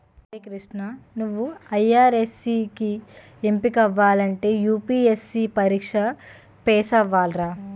ఒరే కృష్ణా నువ్వు ఐ.ఆర్.ఎస్ కి ఎంపికవ్వాలంటే యూ.పి.ఎస్.సి పరీక్ష పేసవ్వాలిరా